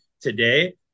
today